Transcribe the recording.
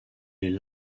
les